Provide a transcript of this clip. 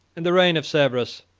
in the reign of severus,